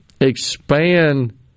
expand